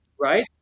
right